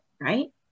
right